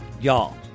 Y'all